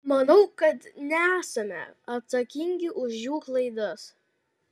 manau kad nesame atsakingi už jų klaidas